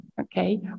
okay